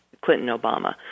Clinton-Obama